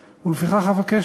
ולסיום, יש לכם גם כלל הגירעון.